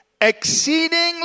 exceedingly